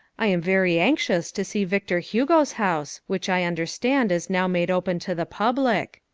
i am very anxious to see victor hugo's house, which i understand is now made open to the public.